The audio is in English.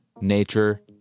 nature